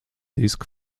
disc